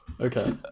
okay